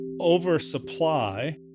oversupply